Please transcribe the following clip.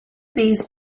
these